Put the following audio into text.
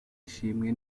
ishimwe